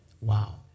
Wow